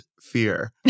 fear